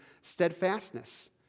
steadfastness